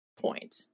point